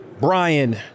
Brian